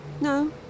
No